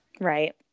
Right